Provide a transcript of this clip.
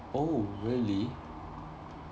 oh really